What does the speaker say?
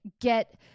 get